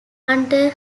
under